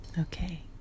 Okay